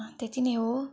त्यति नै हो